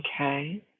okay